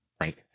right